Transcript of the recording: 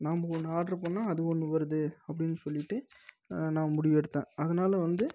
நாம் ஒன்று ஆர்டர் பண்ணால் அது ஒன்று வருது அப்படினு சொல்லிவிட்டு நான் முடிவு எடுத்தேன் அதனால் வந்து